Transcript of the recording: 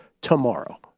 tomorrow